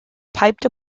piped